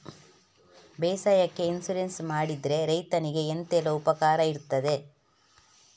ಬೇಸಾಯಕ್ಕೆ ಇನ್ಸೂರೆನ್ಸ್ ಮಾಡಿದ್ರೆ ರೈತನಿಗೆ ಎಂತೆಲ್ಲ ಉಪಕಾರ ಇರ್ತದೆ?